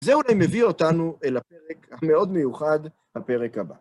זה אולי מביא אותנו אל הפרק המאוד מיוחד, הפרק הבא...